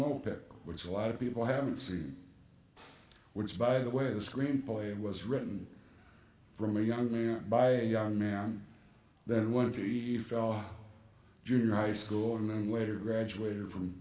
moped which a lot of people haven't seen which by the way the screenplay was written from a young man by a young man then one of the junior high school and waiter graduated from